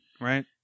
Right